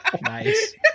Nice